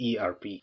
ERP